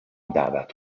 دعوت